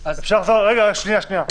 בוא נקשיב שוב לניסוח.